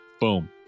Boom